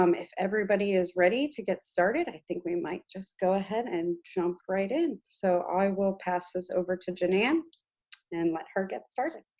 um if everybody is ready to get started, i think we might just go ahead and jump right in. so, i will pass this over to ginan and let her get started.